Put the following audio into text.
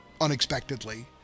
unexpectedly